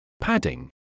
Padding